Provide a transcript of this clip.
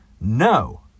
no